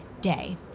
day